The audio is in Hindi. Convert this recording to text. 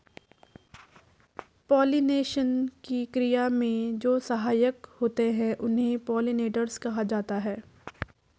पॉलिनेशन की क्रिया में जो सहायक होते हैं उन्हें पोलिनेटर्स कहा जाता है